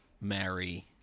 marry